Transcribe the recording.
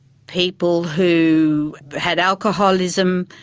people who had alcoholism,